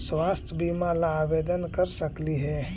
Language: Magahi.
स्वास्थ्य बीमा ला आवेदन कर सकली हे?